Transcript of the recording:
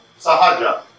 sahaja